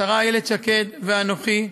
השרה איילת שקד ואנוכי,